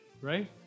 right